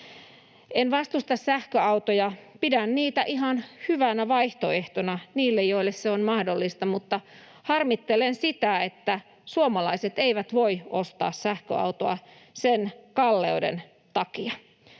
En vastusta sähköautoja, pidän niitä ihan hyvänä vaihtoehtona niille, joille se on mahdollista, mutta harmittelen sitä, että suomalaiset eivät voi ostaa sähköautoa sen kalleuden takia.